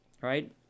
right